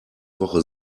woche